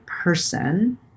person